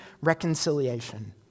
reconciliation